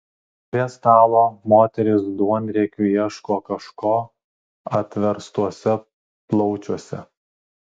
prie stalo moterys duonriekiu ieško kažko atverstuose plaučiuose